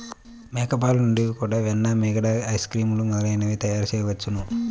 మేక పాలు నుండి కూడా వెన్న, మీగడ, ఐస్ క్రీమ్ మొదలైనవి తయారుచేయవచ్చును